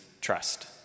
trust